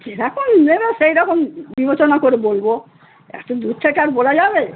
যেরকম নেবে সেই রকম বিবেচনা করে বলব এত দূর থেকে আর বলা যাবে